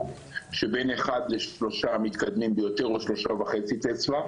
שבין 1 ל-3 המתקדמים ביותר או 3.5 טסלה.